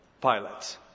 pilots